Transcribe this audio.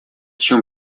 чем